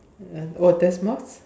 oh what test marks